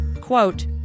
quote